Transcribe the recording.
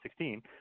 2016